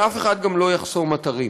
ואף אחד גם לא יחסום אתרים.